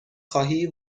خواهی